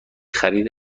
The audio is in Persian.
خرید